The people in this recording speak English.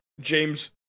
James